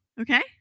Okay